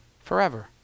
forever